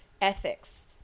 Ethics